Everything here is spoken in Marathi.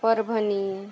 परभणी